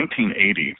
1980